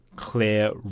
clear